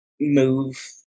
move